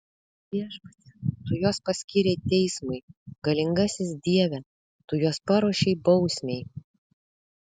viešpatie tu juos paskyrei teismui galingasis dieve tu juos paruošei bausmei